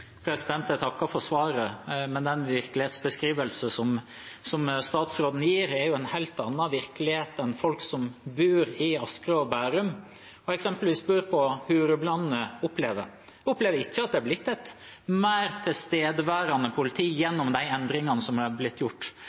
Jeg takker for svaret, men den virkelighetsbeskrivelsen som statsråden gir, beskriver en helt annen virkelighet enn den folk som bor i Asker og Bærum, eksempelvis på Hurumlandet, opplever. De opplever ikke at det er blitt et mer tilstedeværende politi gjennom de endringene som er blitt gjort.